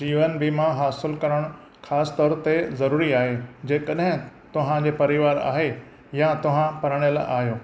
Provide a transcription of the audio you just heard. जीवनु बीमा हासिलु करणु ख़ासि तौर ते ज़रुरी आहे जेकॾहिं तव्हांजो परीवारु आहे या तव्हां परणियलु आहियो